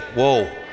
whoa